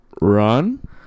Run